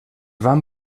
van